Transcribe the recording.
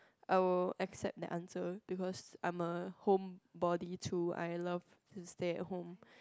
I will accept the answer because I am a homebody too I love to stay home